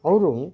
ಅವರು